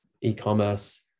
e-commerce